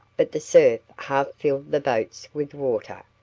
but the surf half filled the boats with water,